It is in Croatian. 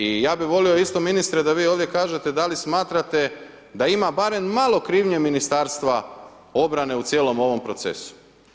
I ja bih volio isto ministre da vi ovdje kažete da li smatrate da ima barem malo krivnje Ministarstva obrane u cijelom ovom procesu.